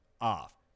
off